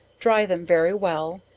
dry them very well,